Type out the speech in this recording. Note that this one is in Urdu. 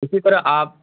اسی طرح آپ